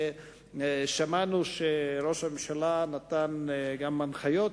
ושמענו שראש הממשלה גם נתן הנחיות,